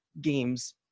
games